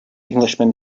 englishman